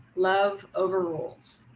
love overrules.